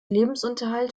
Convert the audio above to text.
lebensunterhalt